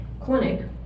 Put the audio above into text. clinic